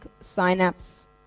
synapse